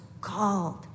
called